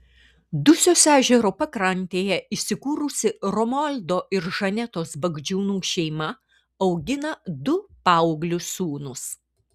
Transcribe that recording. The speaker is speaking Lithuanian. dusios ežero pakrantėje įsikūrusi romualdo ir žanetos bagdžiūnų šeima augina du paauglius sūnus